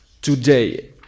today